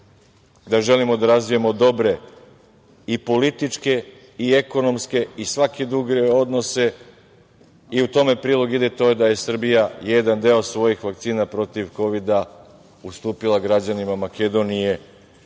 da želimo da razvijamo dobre i političke i ekonomske i svake druge odnose. U tome u prilog ide to da je Srbija jedan deo svojih vakcina protiv Kovida ustupila građanima Makedonije